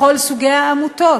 לכל סוגי העמותות.